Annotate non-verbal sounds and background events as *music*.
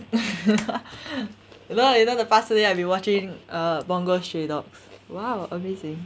*laughs* you know you know the past few days I've been watching uh bungou stray dogs !wow! amazing